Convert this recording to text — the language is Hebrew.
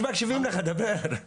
תקשיבו, תעזרו לי.